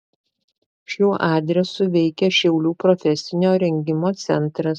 šiuo adresu veikia šiaulių profesinio rengimo centras